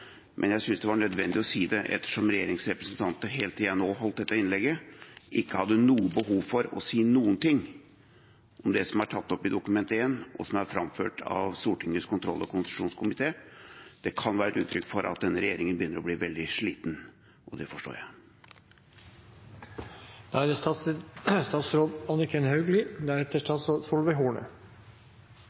Men jeg syntes det var nødvendig å si det, ettersom regjeringsrepresentantene helt til jeg nå holdt dette innlegget, ikke hadde noe behov for å si noe om det som er tatt opp i Dokument 1, og som er framført av Stortingets kontroll- og konstitusjonskomité. Det kan være et uttrykk for at denne regjeringen begynner å bli veldig sliten – og det forstår